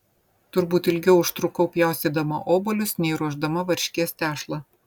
turbūt ilgiau užtrukau pjaustydama obuolius nei ruošdama varškės tešlą